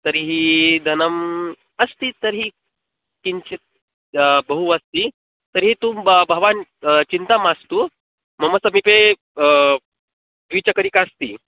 तर्हि धनम् अस्ति तर्हि किञ्चित् बहु अस्ति तर्हि तु ब भवान् चिन्ता मास्तु मम समीपे द्विचक्रिकास्ति